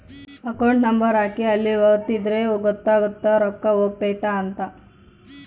account number ಹಾಕಿ ಅಲ್ಲಿ ಒತ್ತಿದ್ರೆ ಗೊತ್ತಾಗುತ್ತ ರೊಕ್ಕ ಹೊಗೈತ ಅಂತ